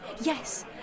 Yes